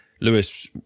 Lewis